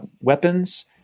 weapons